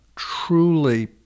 truly